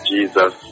Jesus